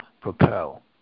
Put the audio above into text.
propel